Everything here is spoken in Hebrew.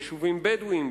ביישובים בדואיים,